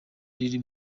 riri